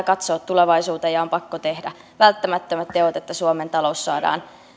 katsoa tulevaisuuteen ja on pakko tehdä välttämättömät teot että suomen talous saadaan